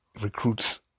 recruits